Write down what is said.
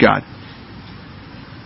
God